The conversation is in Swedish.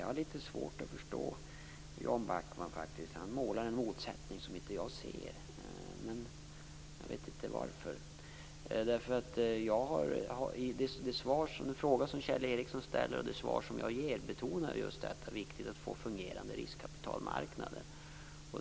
Jag har litet svårt att förstå Jan Backman faktiskt. Jan Backman målar en motsättning som jag inte ser. Jag vet inte varför. I den fråga som Kjell Ericsson ställde och i det svar som jag gav betonas just hur viktigt det är att få fungerande riskkapitalmarknader.